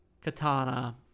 katana